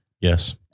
Yes